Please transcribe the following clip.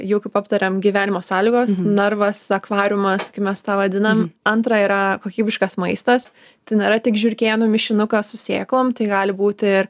jau kaip aptarėm gyvenimo sąlygos narvas akvariumas kai mes tą vadinam antra yra kokybiškas maistas tai nėra tik žiurkėnų mišinukas su sėklom tai gali būti ir